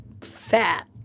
fat